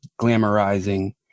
glamorizing